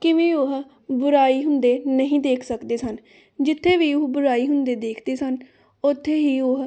ਕਿਵੇਂ ਉਹ ਬੁਰਾਈ ਹੁੰਦੇ ਨਹੀਂ ਦੇਖ ਸਕਦੇ ਸਨ ਜਿੱਥੇ ਵੀ ਉਹ ਬੁਰਾਈ ਹੁੰਦੇ ਦੇਖਦੇ ਸਨ ਉੱਥੇ ਹੀ ਉਹ